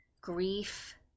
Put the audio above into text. grief